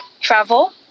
travel